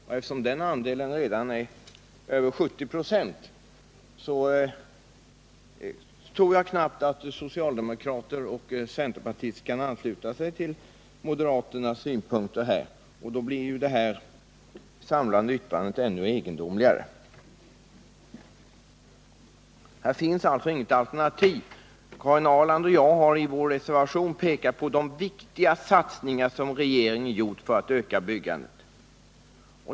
Men eftersom den andelen redan uppgår till över 70 96, tror jag knappast att socialdemokrater och centerpartister kan ansluta sig till moderaternas synpunkter, och då blir ju det här yttrandet ännu mer egendomligt. Här finns det alltså inget alternativ. Karin Ahrland och jag har i vår reservation nr 17 pekat på de viktiga satsningar som regeringen gjort för att öka byggandet.